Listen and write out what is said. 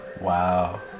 Wow